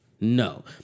no